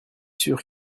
sûr